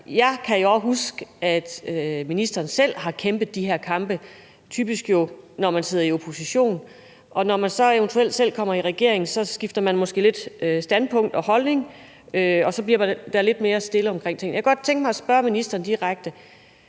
Jeg kan jo også huske, at ministeren selv har kæmpet de her kampe. Det er jo typisk, når man sidder i opposition – og når man så eventuelt selv kommer i regering, skifter man måske lidt standpunkt og holdning, og så bliver der lidt mere stille omkring tingene. Jeg kunne godt tænke mig at spørge ministeren direkte: